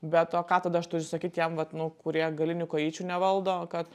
bet o ką tada aš turiu sakyt tiem vat nu kurie galinių kojyčių nevaldo kad